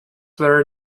where